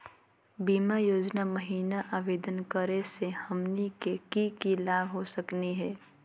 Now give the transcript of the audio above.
बीमा योजना महिना आवेदन करै स हमनी के की की लाभ हो सकनी हे?